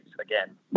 again